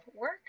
work